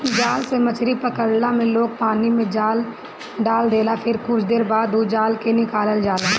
जाल से मछरी पकड़ला में लोग पानी में जाल लगा देला फिर कुछ देर बाद ओ जाल के निकालल जाला